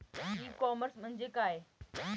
E commerce म्हणजे काय?